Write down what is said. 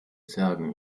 sagen